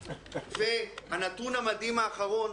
והנתון המדהים האחרון,